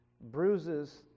bruises